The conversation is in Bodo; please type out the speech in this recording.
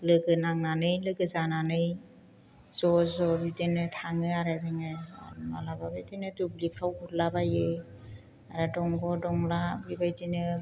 लोगो नांनानै लोगो जानानै ज' ज' बिदिनो थाङो आरो जोङो माब्लाबा बिदिनो दुब्लिफ्राव गुरलाबायो आरो दंग' दंला बेबायदिनो